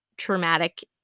traumatic